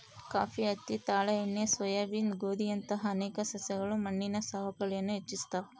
coffee ಹತ್ತಿ ತಾಳೆ ಎಣ್ಣೆ ಸೋಯಾಬೀನ್ ಗೋಧಿಯಂತಹ ಅನೇಕ ಸಸ್ಯಗಳು ಮಣ್ಣಿನ ಸವಕಳಿಯನ್ನು ಹೆಚ್ಚಿಸ್ತವ